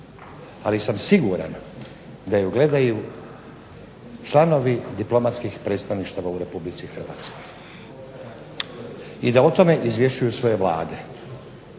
ali sam siguran da ju gledaju članovi diplomatskih predstavništva u RH i da o tome izvješću svoje Vlade.